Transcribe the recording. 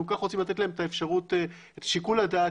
כל כך רוצים לתת להם את שיקול הדעת,